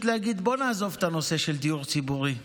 להגיד: בוא נעזוב את הנושא של דיור ציבורי,